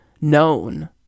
known